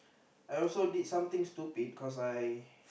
I also did something stupid cause I